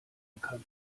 bekannt